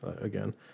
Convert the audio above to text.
again